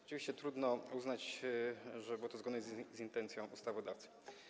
Oczywiście trudno uznać, że było to zgodne z intencją ustawodawcy.